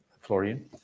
Florian